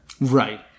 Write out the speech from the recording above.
Right